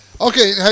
Okay